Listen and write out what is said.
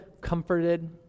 comforted